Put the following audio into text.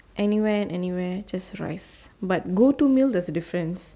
any when anywhere just rice but go to meal there is a difference